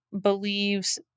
believes